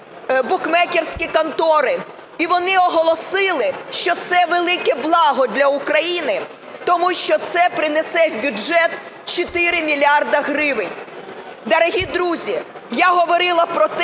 букмекерські контори. І вони оголосили, що це велике благо для України, тому що це принесе в бюджет 4 мільярди гривень. Дорогі друзі, я говорила про те,